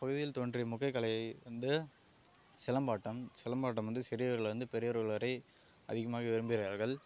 பகுதியில் தோன்றிய முக்கிய கலை வந்து சிலம்பாட்டம் சிலம்பாட்டம் வந்து சிறியவர்கள்லேருந்து பெரியவர்கள் வரை அதிகமாக விரும்பி விளையாடுவார்கள்